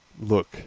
look